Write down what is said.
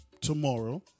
tomorrow